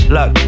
Look